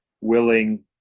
willing